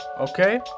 Okay